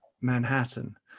Manhattan